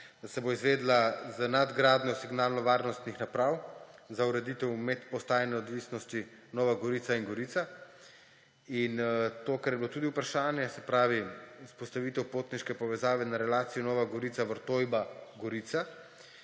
izvedla z nadgradnjo signalnovarnostnih naprav za ureditev medpostajne odvisnosti Nova Gorica in Gorica; in to, kar je bilo tudi vprašanje, se pravi vzpostavitev potniške povezave na relaciji Nova Gorica–Vrtojba–Gorica,